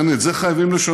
ובכן, את זה חייבים לשנות.